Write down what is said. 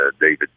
David